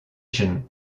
station